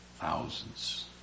thousands